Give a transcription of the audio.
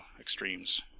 extremes